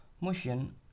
motion